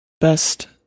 best